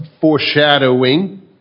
foreshadowing